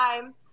time